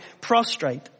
prostrate